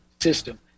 system